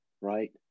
Right